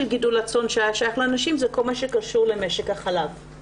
גידול הצאן שהיה שייך לנשים הוא כל מה שקשור למשק החלב.